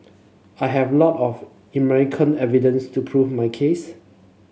I have lot of evidence to prove my case